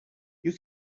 you